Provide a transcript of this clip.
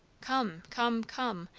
come, come, come.